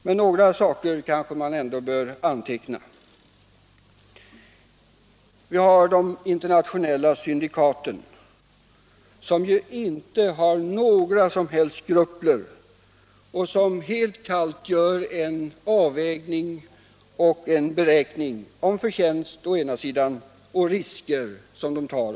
Men några saker kan man ändå anteckna. Vi har då först och främst de internationella narkotikasyndikaten. Där har man inte några som helst skrupler, utan man gör helt kallt en avvägning och en beräkning av å ena sidan förtjänsterna och å andra sidan riskerna som man tar.